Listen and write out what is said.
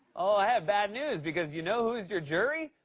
oh, i have bad news because you know who's your jury?